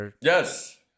Yes